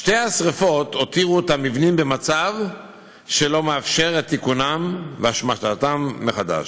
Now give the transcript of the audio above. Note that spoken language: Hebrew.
שתי השרפות הותירו את המבנים במצב שלא מאפשר את תיקונם והשמשתם מחדש.